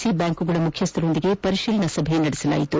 C ಬ್ಯಾಂಕುಗಳ ಮುಖ್ಯಸ್ದರೊಂದಿಗೆ ಪರಿಶೀಲನಾ ಸಭೆ ನಡೆಸಲಾಯಿತು